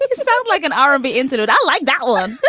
sound like an r and b incident. i like that one